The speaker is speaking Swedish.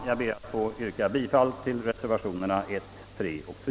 Jag ber att få yrka bifall till reservationerna I, III och IV.